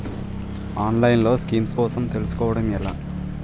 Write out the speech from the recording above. ఆన్లైన్లో స్కీమ్స్ కోసం తెలుసుకోవడం ఎలా?